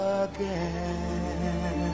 again